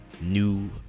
new